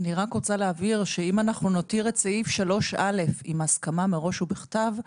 אני רק רוצה להבהיר שאם אנחנו נותיר את סעיף 3(א) עם הסכמה מראש ובכתב,